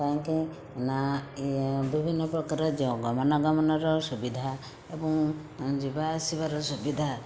କାହିଁକି ନା ଇଏ ବିଭିନ୍ନ ପ୍ରକାର ଯୋଉ ଗମନାଗମନର ସୁବିଧା ଏବଂ ଯିବା ଆସିବାର ସୁବିଧା